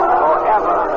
forever